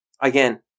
Again